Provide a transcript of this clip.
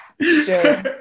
Sure